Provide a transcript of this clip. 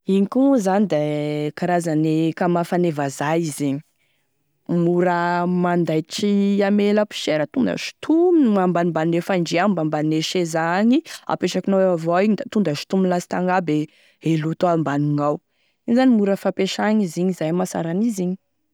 Igny koa moa zany da e karazany e kamafa ane vazaha izy igny mora mandaitry ame laposiera tonda sotomigny ambanimbany ne fandria agny ambanimbany e seza agny apetrakinao eo avao igny tonda sitominy lasitagny aby e loto ambany gnao igny zany mora fampiasagny izy igny zay e mahasara an'izy igny.